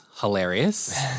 hilarious